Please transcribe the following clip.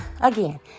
again